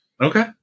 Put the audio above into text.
Okay